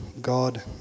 God